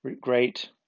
great